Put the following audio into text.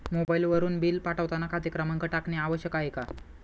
मोबाईलवरून बिल पाठवताना खाते क्रमांक टाकणे आवश्यक आहे का?